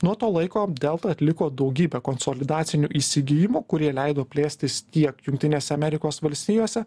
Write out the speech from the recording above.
nuo to laiko delta atliko daugybę konsolidacinių įsigijimų kurie leido plėstis tiek jungtinėse amerikos valstijose